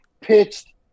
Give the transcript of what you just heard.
pitched